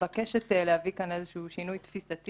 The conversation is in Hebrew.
מבקשת להביא כאן איזשהו שינוי תפיסתי